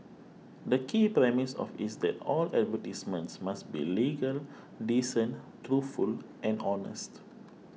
the key premise of is that all advertisements must be legal decent truthful and honest